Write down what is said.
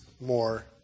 more